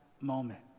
moment